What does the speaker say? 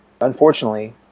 Unfortunately